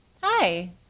Hi